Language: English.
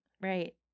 Right